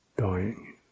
Dying